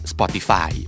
Spotify